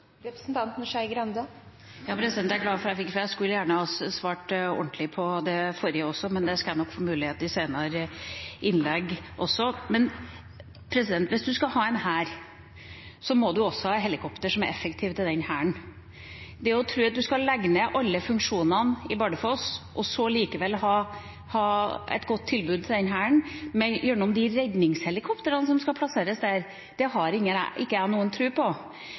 Jeg er glad for at jeg fikk det spørsmålet – jeg skulle gjerne svart ordentlig på det forrige også, men det skal jeg nok få mulighet til i senere innlegg. Hvis man skal ha en hær, må man også ha helikopter som er effektive i forhold til den hæren. At man skal legge ned alle funksjonene i Bardufoss og så likevel ha et godt tilbud til Hæren gjennom de redningshelikoptrene som skal plasseres der, har ikke jeg noen tro på. Det at man prøver å løse beredskapstroppens utfordringer ved å bruke langtidsplanen for Forsvaret og undergrave Hærens basisstrukturer, tror ikke